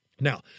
Now